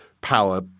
power